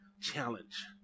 challenge